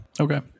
Okay